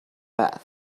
bath